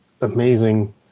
amazing